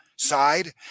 Side